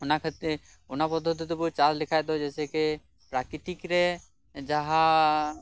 ᱚᱱᱟ ᱠᱷᱟᱹᱛᱤᱨ ᱚᱱᱟ ᱯᱚᱫᱷᱚ ᱛᱤ ᱛᱮᱵᱩ ᱪᱟᱥ ᱞᱮᱠᱷᱟᱡ ᱫᱚ ᱡᱮᱥᱮᱠᱮ ᱯᱨᱟᱠᱤᱛᱤᱠ ᱨᱮ ᱡᱟᱦᱟᱸ